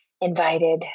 invited